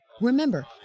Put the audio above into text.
Remember